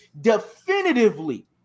definitively